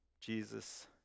Jesus